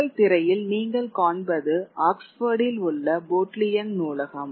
உங்கள் திரையில் நீங்கள் காண்பது ஆக்ஸ்போர்டில் உள்ள போட்லியன் நூலகம்